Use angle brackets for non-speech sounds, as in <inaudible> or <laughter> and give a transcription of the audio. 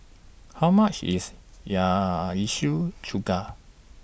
How much IS <unintelligible> Chuka